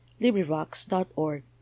LibriVox.org